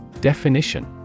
Definition